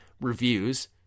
reviews